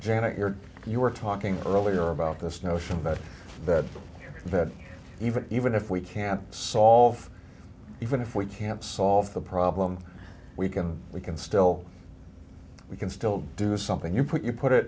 you're you were talking earlier about this notion that that that even even if we can't solve even if we can't solve the problem we can we can still we can still do something you put you put it